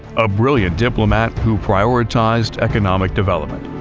a brilliant diplomat who prioritised economic development,